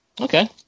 okay